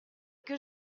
que